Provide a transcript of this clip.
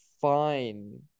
fine